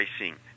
racing